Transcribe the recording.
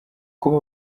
kuba